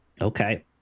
Okay